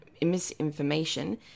misinformation